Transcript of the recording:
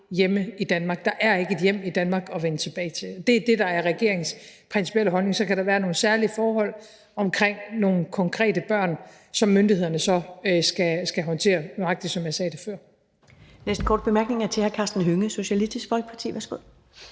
hjemme i Danmark. Der er ikke et hjem i Danmark at vende tilbage til, og det er det, der er regeringens principielle holdning. Så kan der være nogle særlige forhold omkring nogle konkrete børn, som myndighederne så skal håndtere, nøjagtig som jeg sagde det før. Kl. 13:16 Første næstformand (Karen Ellemann): Den næste korte bemærkning er til hr. Karsten Hønge, Socialistisk Folkeparti. Værsgo.